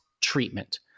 treatment